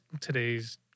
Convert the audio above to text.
today's